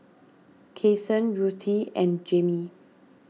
Kason Ruthie and Jamey